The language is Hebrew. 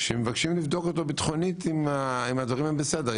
מה הטענה אם מבקשים לבדוק אותו ביטחונית שהדברים בסדר?